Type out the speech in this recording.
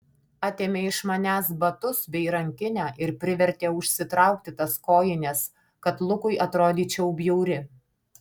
atėmė iš manęs batus bei rankinę ir privertė užsitraukti tas kojines kad lukui atrodyčiau bjauri